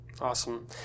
Awesome